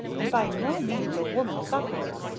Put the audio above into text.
and by no means a woman-sufferer,